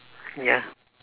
ya